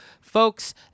Folks